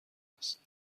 است